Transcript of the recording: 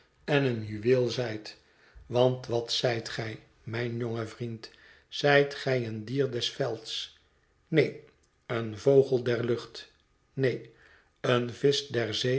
en een juweel gup pt s mededinger ia r zijt want wat zijt gij mijn jonge vriend zijt gij een dier des velds neen een vogel der lucht neen een visch